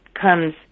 comes